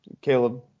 Caleb